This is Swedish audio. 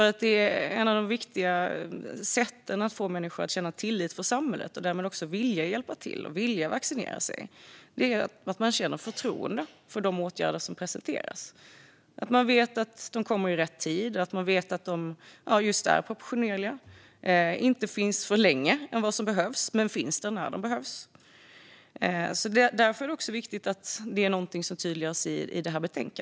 Ett av de viktigaste sätten att få människor att känna tillit till samhället, och därmed också vilja hjälpa till och vilja vaccinera sig, är att de känner förtroende för de åtgärder som presenteras. Det är viktigt att människor vet att åtgärderna kommer i rätt tid, att de är proportionerliga och att de inte finns kvar längre än de behövs men att de finns där när de behövs. Därför är det också viktigt att detta är någonting som tydliggörs i det här betänkandet.